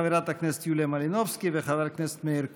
של חברת הכנסת יוליה מלינובסקי וחבר הכנסת מאיר כהן.